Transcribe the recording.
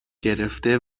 گرفته